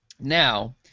now